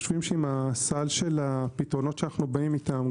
חושבים שעם הסל של הפתרונות שאנו באים איתם,